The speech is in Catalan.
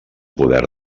poder